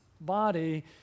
body